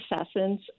assassins